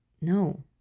no